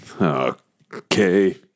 Okay